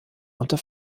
unter